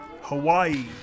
Hawaii